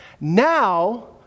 Now